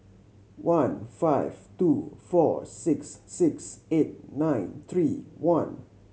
one five two four six six eight nine three one